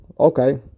Okay